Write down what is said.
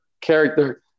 character